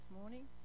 morning